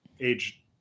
age